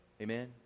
Amen